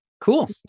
cool